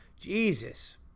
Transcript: Jesus